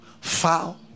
foul